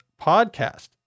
podcast